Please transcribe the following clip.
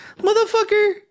motherfucker